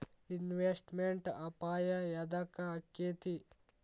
Investment ಅಪಾಯಾ ಯದಕ ಅಕ್ಕೇತಿ?